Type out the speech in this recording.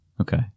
Okay